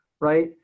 Right